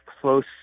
close